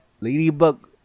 Ladybug